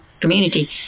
community